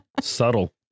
Subtle